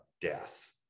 death